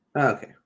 okay